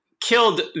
killed